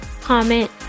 comment